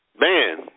man